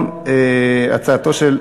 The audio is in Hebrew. אדוני היושב-ראש,